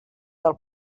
del